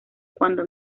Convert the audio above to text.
cuando